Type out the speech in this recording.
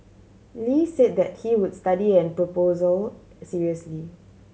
Lee said that he would study an proposal seriously